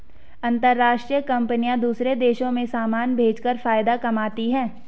अंतरराष्ट्रीय कंपनियां दूसरे देशों में समान भेजकर फायदा कमाती हैं